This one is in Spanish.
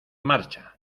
marcha